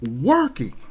working